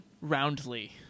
Roundly